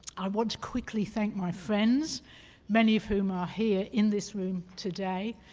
i want to quickly thank my friends many of whom are here in this room today.